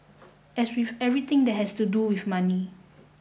as with everything that has to do with money